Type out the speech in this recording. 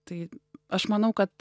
tai aš manau kad